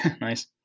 Nice